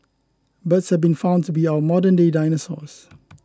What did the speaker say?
birds have been found to be our modernday dinosaurs